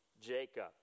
Jacob